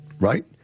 right